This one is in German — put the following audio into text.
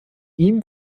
ihm